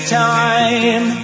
time